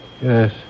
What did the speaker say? Yes